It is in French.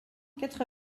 quatre